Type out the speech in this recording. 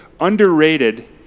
Underrated